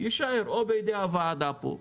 יישאר או בידי הוועדה פה,